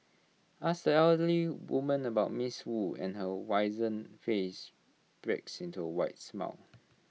ask the elderly woman about miss wu and her wizened face breaks into A wide smile